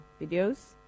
videos